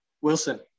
Wilson